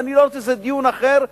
וזה דיון אחר,